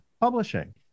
Publishing